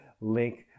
link